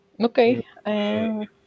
Okay